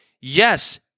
yes